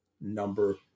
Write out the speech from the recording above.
number